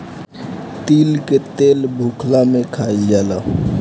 तीली के तेल भुखला में खाइल जाला